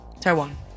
Taiwan